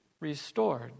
restored